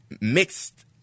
mixed